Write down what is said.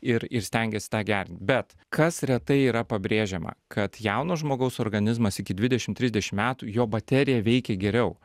ir ir stengiasi tą gerin bet kas retai yra pabrėžiama kad jauno žmogaus organizmas iki dvidešim trisdešim metų jo baterija veikia geriau